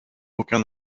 aucun